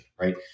right